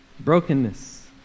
Brokenness